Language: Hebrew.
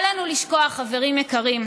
אל לנו לשכוח, חברים יקרים: